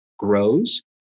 Grows